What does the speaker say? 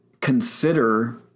consider